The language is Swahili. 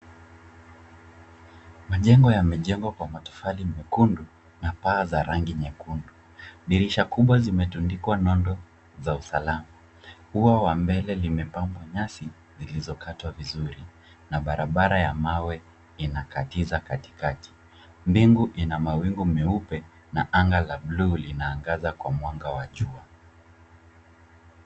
Majengo yamejengwa kwa matofali mekundu na paa za rangi nyekundu. Dirisha kubwa zimetundikwa nondo za usalama. Ua wa mbele limepambwa nyasi zilizokatwa vizuri na barabara ya mawe inakatiza katikati. Mbingu ina mawingu meupe na anga la bluu linaangaza kwa mwanga wa jua.